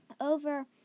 Over